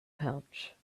pouch